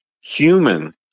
human